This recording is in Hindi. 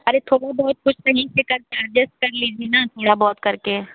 अरे थोड़ा बहुत तो सही से का चार्जेस कर लीजिए ना थोड़ा बहुत करके